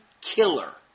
Killer